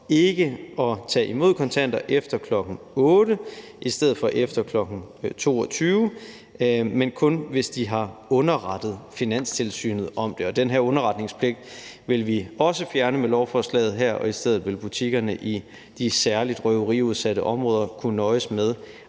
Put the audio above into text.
ikke at tage imod kontanter efter kl. 20.00 i stedet for efter kl. 22.00, men kun, hvis de har underrettet Finanstilsynet om det. Den her underretningspligt vil vi også fjerne med lovforslaget her, og i stedet vil butikkerne i de særlig røveriudsatte områder kunne nøjes med